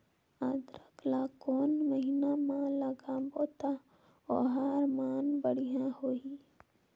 अदरक ला कोन महीना मा लगाबो ता ओहार मान बेडिया होही?